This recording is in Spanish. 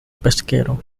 pesquero